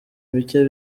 mike